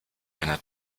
einer